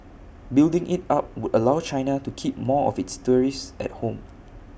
building IT up would allow China to keep more of its tourists at home